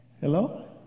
Hello